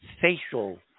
facial